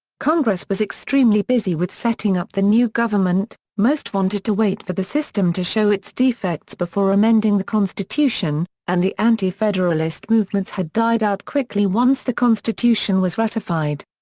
congress was extremely busy with setting up the new government, most wanted to wait for the system to show its defects before amending the constitution, and the anti-federalist movements had died out quickly once the constitution was ratified.